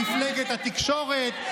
מפלגת התקשורת.